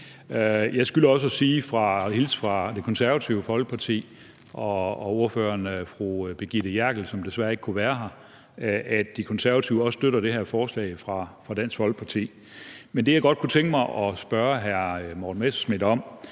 Jeg skylder også at hilse fra Det Konservative Folkeparti og ordføreren, fru Birgitte Klintskov Jerkel, som desværre ikke kunne være her, og sige, at Det Konservative Folkeparti også støtter det her forslag fra Dansk Folkeparti. Men det, jeg godt kunne tænke mig at spørge hr. Morten Messerschmidt om,